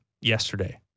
yesterday